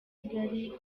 kigali